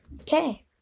Okay